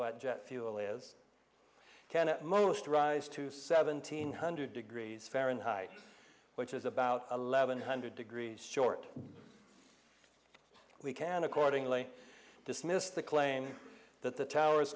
what jet fuel is can at most rise to seventeen hundred degrees fahrenheit which is about eleven hundred degrees short we can accordingly dismiss the claim that the towers